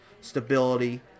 stability